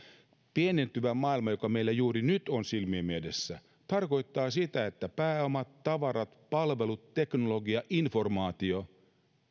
pienentyvä maailma joka meillä juuri nyt on silmiemme edessä tarkoittaa sitä että pääomat tavarat palvelut teknologia informaatio